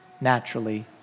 naturally